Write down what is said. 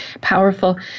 powerful